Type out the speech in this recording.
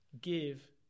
give